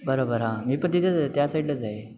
बरोबर हां मी पण तिथेच आहे त्या साईडलाच आहे